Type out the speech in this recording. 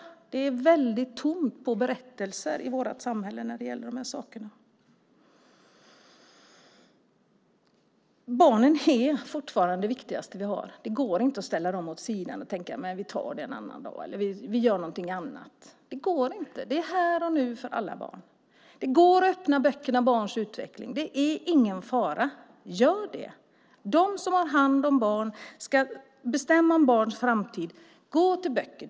I vårt samhälle är det väldigt tomt på berättelser när det gäller de här sakerna. Fortfarande är barnen det viktigaste vi har. Det går inte att ställa barnen åt sidan och tänka: Vi tar det en annan dag. Vi gör någonting annat. Det går bara inte. Det är här och nu för alla barn. Det går att öppna böcker om barns utveckling; det är ingen fara. Gör det! De som har hand om barn och som ska bestämma om barns framtid uppmanas att gå till böckerna.